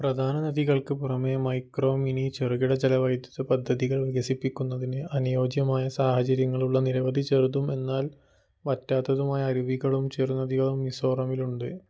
പ്രധാന നദികൾക്ക് പുറമെ മൈക്രോ മിനി ചെറുകിട ജലവൈദ്യുത പദ്ധതികൾ വികസിപ്പിക്കുന്നതിന് അനുയോജ്യമായ സാഹചര്യങ്ങളുള്ള നിരവധി ചെറുതും എന്നാൽ വറ്റാത്തതുമായ അരുവികളും ചെറുനദികളും മിസോറാമിലുണ്ട്